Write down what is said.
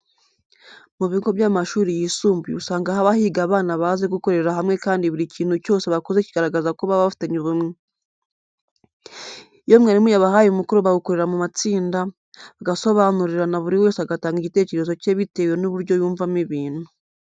Mu bigo by'amashuri yisumbuye usanga haba higa abana bazi gukorera hamwe kandi buri kintu cyose bakoze kigaragaza ko baba bafitanye ubumwe. Iyo mwarimu yabahaye umukoro bawukorera mu matsinda, bagasobanurirana buri wese agatanga igiketekezo cye bitewe n'uburyo yumvamo ibintu.